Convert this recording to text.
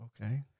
Okay